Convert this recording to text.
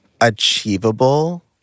achievable